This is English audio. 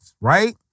Right